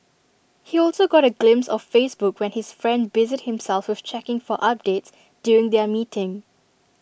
he also got A glimpse of Facebook when his friend busied himself with checking for updates during their meeting